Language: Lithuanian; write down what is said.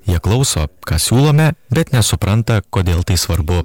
jie klauso ką siūlome bet nesupranta kodėl tai svarbu